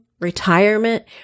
retirement